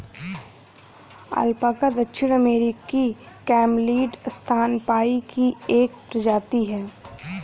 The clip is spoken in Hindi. अल्पाका दक्षिण अमेरिकी कैमलिड स्तनपायी की एक प्रजाति है